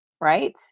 Right